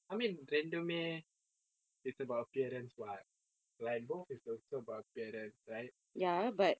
I mean ரெரண்டுமே:rendume it's about appearance what like both is also about appearance right